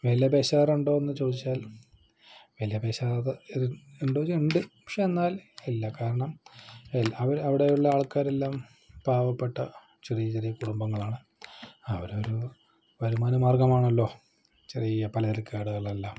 വില പേശാറുണ്ടോ എന്ന് ചോദിച്ചാൽ വില പേശാത ഉണ്ടോയെന്ന് ഉണ്ട് പക്ഷെ എന്നാൽ ഇല്ല കാരണം അവ അവിടെയുള്ള ആൾക്കാരെല്ലാം പാവപ്പെട്ട ചെറിയ ചെറിയ കുടുംബങ്ങളാണ് അവരുടെയൊരു വരുമാന മാർഗം ആണല്ലോ ചെറിയ പലചരക്ക് കടകൾ എല്ലാം